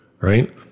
Right